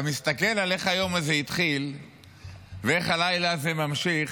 אתה מסתכל על איך היום הזה התחיל ואיך הלילה הזה ממשיך,